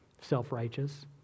self-righteous